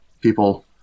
people